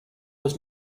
was